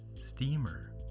steamer